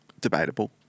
Debatable